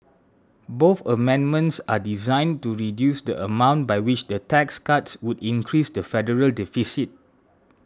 both amendments are designed to reduce the amount by which the tax cuts would increase the federal deficit